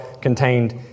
contained